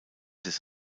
des